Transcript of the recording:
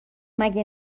مگه